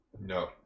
No